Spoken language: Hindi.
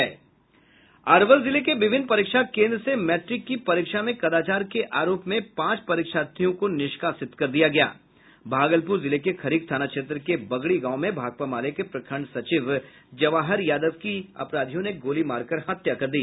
अरवल जिले के विभिन्न परीक्षा क़ेन्द्र से मैट्रिक की परीक्षा में कदाचार क़े आरोप में पांच परीक्षार्थियों को निष्कासित किया गया भागलपुर जिले के खरीक थाना क्षेत्र के बगड़ी गांव में भाकपा माले के प्रखंड सचिव जवाहर यादव की अपराधियों ने गोली मारकर हत्या कर दी